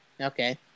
Okay